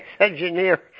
engineer